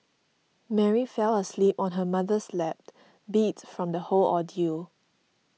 Mary fell asleep on her mother's lap beat from the whole ordeal